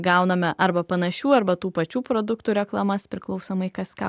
gauname arba panašių arba tų pačių produktų reklamas priklausomai kas ką